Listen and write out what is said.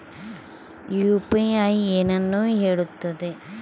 UPI ಏನನ್ನು ಹೇಳುತ್ತದೆ?